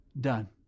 done